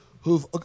who've